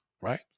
right